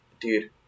dude